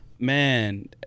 Man